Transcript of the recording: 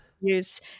use